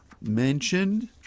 mentioned